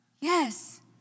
yes